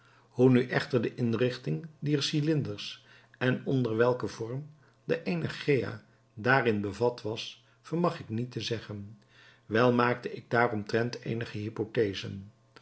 hoe nu echter de inrichting dier cylinders en onder welken vorm de energeia daarin bevat was vermag ik niet te zeggen wel maakte ik daaromtrent eenige hypothesen